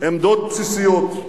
עמדות בסיסיות.